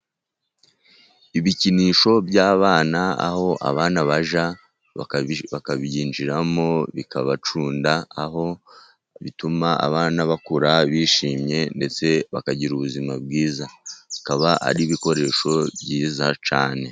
Ibikinisho by'abana, aho abana bajya bakabyinjiramo bikabacunda, aho bituma abana bakura bishimye ndetse bakagira ubuzima bwiza. Bikaba ari ibikoresho byiza cyane.